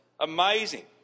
Amazing